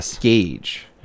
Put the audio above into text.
gauge